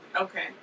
Okay